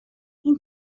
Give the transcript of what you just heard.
این